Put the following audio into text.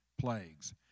plagues